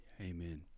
Amen